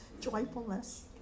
joyfulness